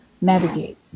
navigate